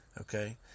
Okay